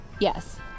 Yes